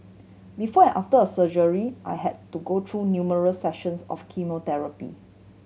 before and after a surgery I had to go through numerous sessions of chemotherapy